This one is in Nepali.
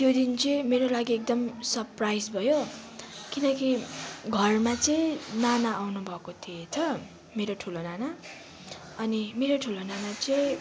त्यो दिन चाहिँ मेरो लागि एकदम सरप्राइज भयो किनकि घरमा चाहिँ नाना आउनुभएको थिएछ मेरो ठुलो नाना अनि मेरो ठुलो नाना चाहिँ